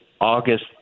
August